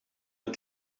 een